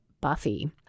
Buffy